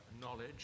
knowledge